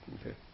Okay